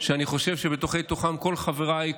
שאני חושב שבתוך-תוכם כל חבריי,